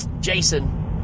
Jason